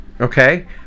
okay